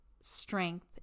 strength